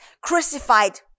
crucified